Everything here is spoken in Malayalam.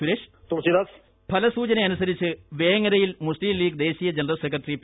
സുരേഷ് ഫലസൂചനയനുസരിച്ച് വേങ്ങരയിൽ മുസ്ലിംലീഗ് ദേശീ യ ജനറൽ സെക്രട്ടറി പി